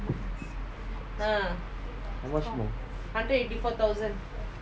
how much more